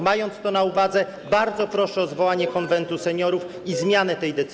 Mając to na uwadze, bardzo proszę o zwołanie Konwentu Seniorów i zmianę tej decyzji.